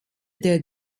der